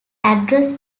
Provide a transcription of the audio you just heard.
address